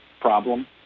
problem